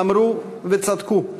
אמרו וצדקו.